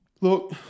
look